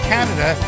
Canada